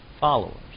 followers